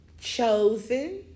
chosen